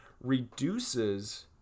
reduces